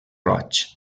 roig